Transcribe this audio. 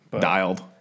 dialed